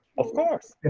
of course.